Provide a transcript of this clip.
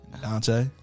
Dante